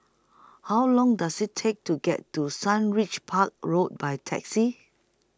How Long Does IT Take to get to Sundridge Park Road By Taxi